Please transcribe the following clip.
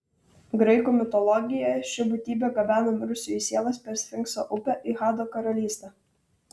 graikų mitologijoje ši būtybė gabena mirusiųjų sielas per sfinkso upę į hado karalystę